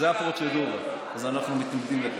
זו הפרוצדורה, אז אנחנו מתנגדים לכך.